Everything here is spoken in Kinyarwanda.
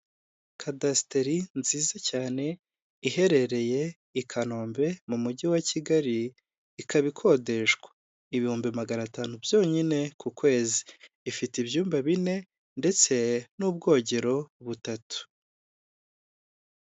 Kadasiteri nziza cyane iherereye i Kanombe mu mujyi wa Kigali, ikaba ikodeshwa ibihumbi magana atanu byonyine ku kwezi, ifite ibyumba bine ndetse n'ubwogero butatu.